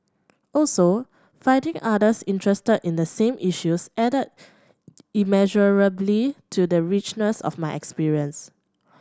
also finding others interested in the same issues added immeasurably to the richness of my experience